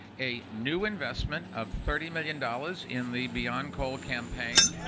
a new investment of thirty million dollars in the beyond coal campaign.